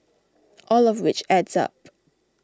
all of which adds up